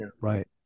right